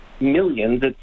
Millions